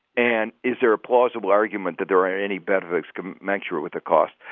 and is there a plausible argument that they're any better that's commensurate with the cost?